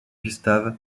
gustav